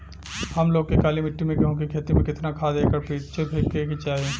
हम लोग के काली मिट्टी में गेहूँ के खेती में कितना खाद एकड़ पीछे फेके के चाही?